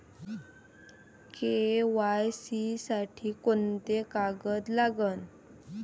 KYC साठी कोंते कागद लागन?